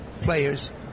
players